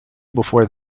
before